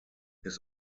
his